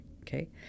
Okay